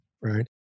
right